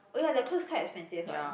oh ya their clothes quite expensive one